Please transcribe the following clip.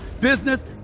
business